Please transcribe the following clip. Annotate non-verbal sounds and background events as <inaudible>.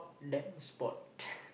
damp spot <laughs>